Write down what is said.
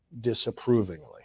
disapprovingly